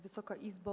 Wysoka Izbo!